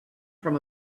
from